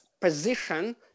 position